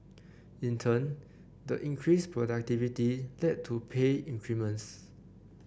in turn the increased productivity led to pay increments